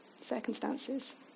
circumstances